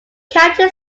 county